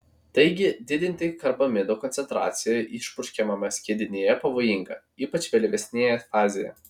taigi didinti karbamido koncentraciją išpurškiamame skiedinyje pavojinga ypač vėlyvesnėje fazėje